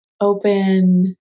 open